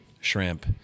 shrimp